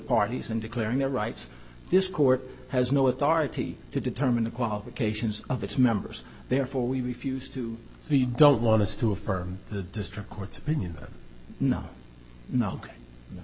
parties in declaring their rights this court has no authority to determine the qualifications of its members therefore we refused to be don't want us to affirm the district court's opinion no no